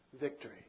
victory